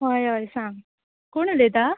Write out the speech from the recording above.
हय हय सांग कोण उलयता